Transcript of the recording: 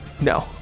No